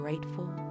Grateful